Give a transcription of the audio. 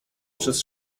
przez